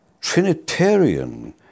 Trinitarian